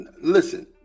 Listen